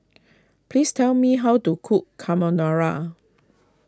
please tell me how to cook Carbonara